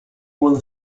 would